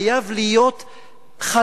זה חייב להיות חזק,